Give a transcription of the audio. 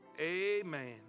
Amen